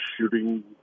shooting